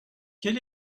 quel